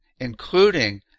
Including